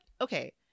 okay